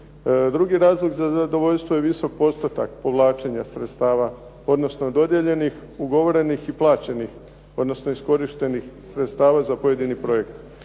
Drugi razlog za zadovoljstvo je visoki postotak povlačenja sredstava odnosno dodijeljenih, ugovorenih i plaćenih odnosno iskorištenih sredstava za pojedini projekat.